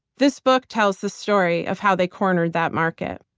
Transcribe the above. this book tells the story of how they cornered that market.